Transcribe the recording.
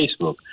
Facebook